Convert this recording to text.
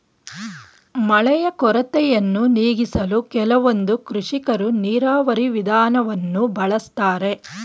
ಮಳೆಯ ಕೊರತೆಯನ್ನು ನೀಗಿಸಲು ಕೆಲವೊಂದು ಕೃಷಿಕರು ನೀರಾವರಿ ವಿಧಾನವನ್ನು ಬಳಸ್ತಾರೆ